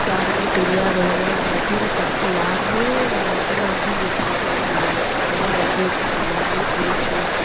யாருமே தெரியாதவங்க நம்ம கூட படிச்ச யாருமே நம்ம கூட வந்து இங்கே படிக்கலை நம்ம மட்டும் தனியாக வந்து இருக்கோம் எல்லாருமே புதுசு